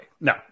No